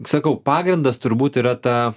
sakau pagrindas turbūt yra ta